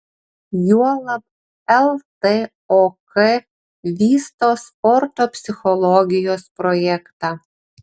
juolab ltok vysto sporto psichologijos projektą